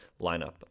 lineup